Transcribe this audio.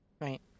Right